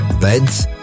beds